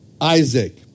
Isaac